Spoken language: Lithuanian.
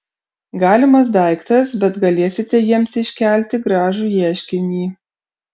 galimas daiktas bet galėsite jiems iškelti gražų ieškinį